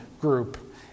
group